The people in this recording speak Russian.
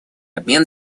обмен